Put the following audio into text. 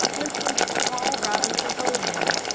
listened to all robinson told him.